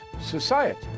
society